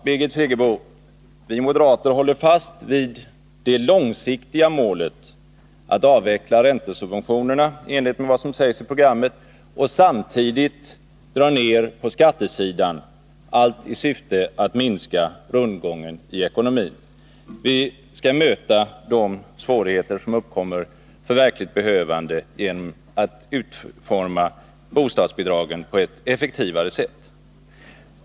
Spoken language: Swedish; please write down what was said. Herr talman! Jodå, Birgit Friggebo, vi moderater håller fast vid det långsiktiga målet att avveckla räntesubventionerna i enlighet med vad som sägs i programmet och samtidigt dra ner på skattesidan, allt i syfte att minska rundgången i ekonomin. Vi skall möta de svårigheter som uppkommer för verkligt behövande genom att utforma bostadsbidragen på ett effektivare sätt.